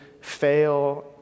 fail